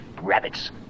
Rabbits